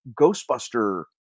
Ghostbuster